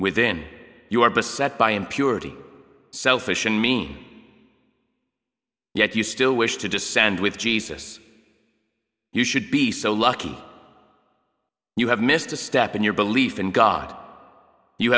within you are beset by impurity selfish and mean yet you still wish to descend with jesus you should be so lucky you have missed a step in your belief in god you